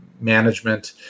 management